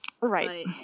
right